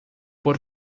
por